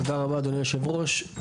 תודה רבה אדוני היושב ראש.